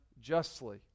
justly